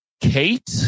Kate